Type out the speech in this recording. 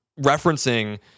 referencing